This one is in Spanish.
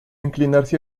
inclinarse